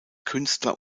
künstler